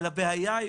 אבל הבעיה היא,